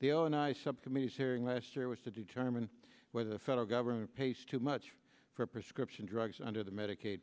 the o and i subcommittee hearing last year was to determine whether the federal government pays too much for prescription drugs under the medicaid